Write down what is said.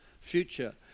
future